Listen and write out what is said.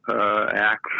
acts